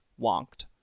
wonked